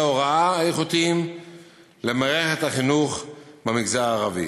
הוראה איכותיים במערכת החינוך במגזר הערבי.